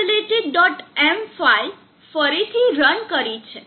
m file ફરીથી run કરી છે